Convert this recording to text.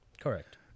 Correct